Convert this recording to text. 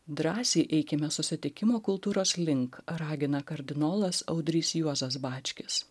drąsiai eikime susitikimo kultūros link ragina kardinolas audrys juozas bačkis